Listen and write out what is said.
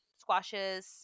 squashes